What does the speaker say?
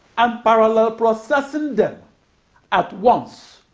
and parallel processing them at once,